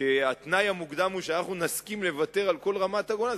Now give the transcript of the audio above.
שהתנאי המוקדם הוא שנסכים לוותר על כל רמת-הגולן,